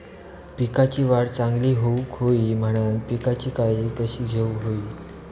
पिकाची वाढ चांगली होऊक होई म्हणान पिकाची काळजी कशी घेऊक होई?